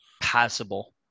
passable